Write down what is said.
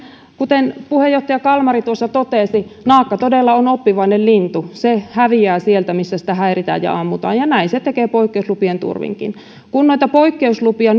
kuten puheenjohtaja kalmari tuossa totesi naakka todella on oppivainen lintu se häviää sieltä missä sitä häiritään ja ammutaan ja näin se tekee poikkeuslupien turvinkin kun poikkeuslupia